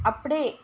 அப்படே